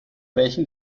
welchen